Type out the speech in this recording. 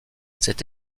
cet